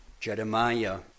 Jeremiah